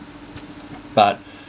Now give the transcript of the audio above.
but